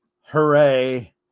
Hooray